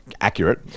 accurate